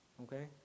okay